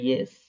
Yes